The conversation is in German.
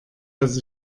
dass